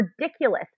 ridiculous